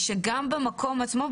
גם במקום עצמו,